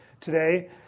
today